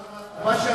אבל מה שענית,